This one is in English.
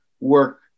work